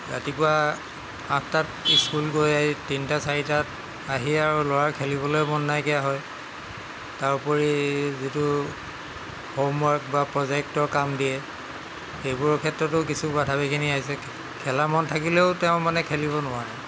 ৰাতিপুৱা আঠটাত স্কুল গৈ আহি তিনিটা চাৰিটাত আহি আৰু ল'ৰাই খেলিবলৈ মন নাইকিয়া হয় তাৰোপৰি যিটো হোম ৱৰ্ক বা প্ৰজেক্টৰ কাম দিয়ে সেইবোৰৰ ক্ষেত্ৰতো কিছু বাধা বিঘিনি আহিছে খেলাৰ মন থাকিলেও তেওঁ মানে খেলিব নোৱাৰে